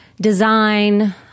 design